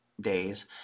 days